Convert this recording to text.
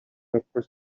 across